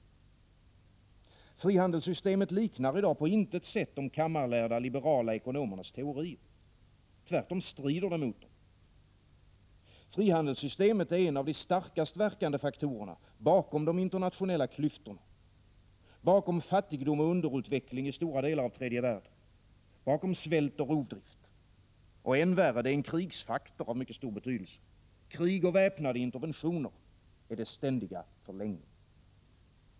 Frihandelssystemet liknar i dag på intet sätt de kammarlärda liberala ekonomernas teorier. Tvärtom strider det mot dem. Frihandelssystemet är en av de starkast verkande faktorerna bakom de internationella klyftorna, bakom fattigdom och underutveckling i stora delar av tredje världen, bakom svält och rovdrift. Och än värre: det är en krigsfaktor av stor betydelse. Krig och väpnade interventioner är dess ständiga förlängning.